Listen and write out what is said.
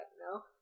no